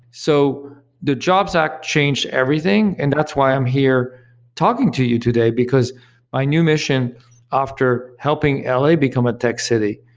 so the jobs act changed everything and that's why i'm here talking to you today, because my new mission after helping la become a tech city,